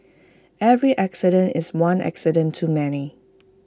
every accident is one accident too many